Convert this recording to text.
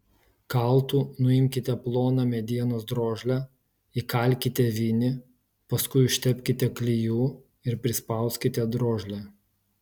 kaltu nuimkite ploną medienos drožlę įkalkite vinį paskui užtepkite klijų ir prispauskite drožlę